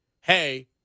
hey